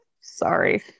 sorry